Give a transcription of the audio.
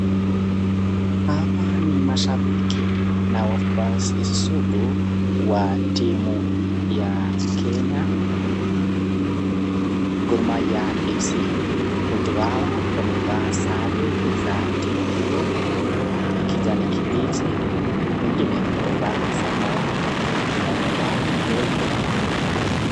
Hawa ni mashabiki na wafuasi sugu wa timu ya Kenya Gormahia FC. Watu hawa wamevaa sare za timu hiyo kijani kibichi, wengine wamevaa samawati wengine wamevaa nyeupe.